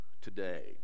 today